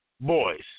boys